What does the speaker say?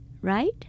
right